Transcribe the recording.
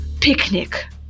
picnic